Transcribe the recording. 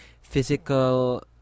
physical